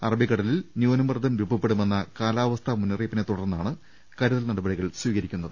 അറബിക ടലിൽ ന്യൂനമർദ്ദം രൂപപ്പെടുമെന്ന കാലാവസ്ഥാ മുന്നറിയിപ്പിനെ തുടർന്നാണ് കരുതൽ നടപടികൾ സ്വീകരിക്കുന്നത്